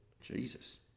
Jesus